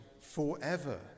forever